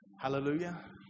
Hallelujah